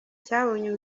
cyabonye